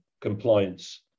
compliance